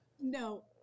no